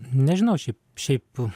nežinau šiaip šiaip